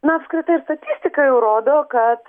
na apskirtai ir statistika jau rodo kad